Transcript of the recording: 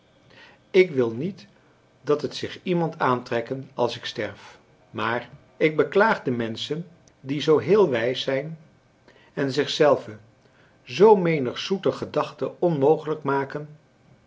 ik wil niet dat het zich iemand aantrekke als ik sterf maar ik beklaag de menschen die zoo heel wijs zijn en zichzelven zoo menig zoete gedachte onmogelijk maken